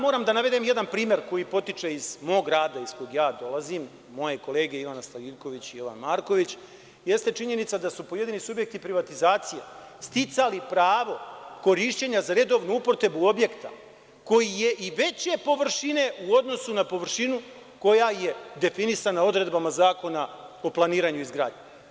Moram da navedem jedan primer koji potiče iz mog grada iz kojeg ja dolazim, moje kolege Ivana Stojiljković i Jovan Marković, jeste činjenica da su pojedini subjekti privatizacija sticali pravo korišćenja za redovnu upotrebu objekta koji je i veće površine u odnosu na površinu koja je definisana odredbama Zakona o planiranju i izgradnji.